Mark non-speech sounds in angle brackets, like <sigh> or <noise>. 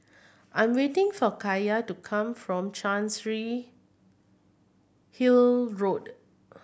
I'm waiting for Kaiya to come from Chancery Hill Road <noise>